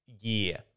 year